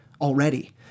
already